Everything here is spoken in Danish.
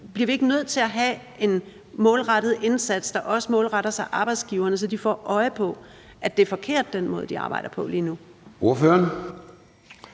Bliver vi ikke nødt til at have en målrettet indsats, der også er målrettet mod arbejdsgiverne, så de får øje på, at det er forkert med den måde, de arbejder på lige nu? Kl.